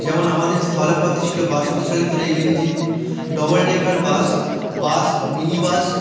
যেমন আমাদের স্থলপথে ছিল বাষ্পচালিত rail engine double decker bus bus minibus